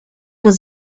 was